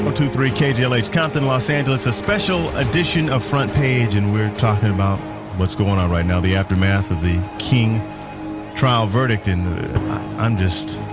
um three, kjlh compton, los angeles. a special edition of front page, and we're talking about what's going on right now, the aftermath of the king trial verdict, and i'm just,